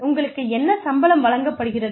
உங்களுக்கு என்ன சம்பளம் வழங்கப்படுகிறது